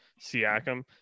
Siakam